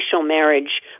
marriage